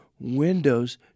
windows